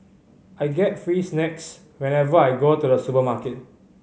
I get free snacks whenever I go to the supermarket